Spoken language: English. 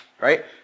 Right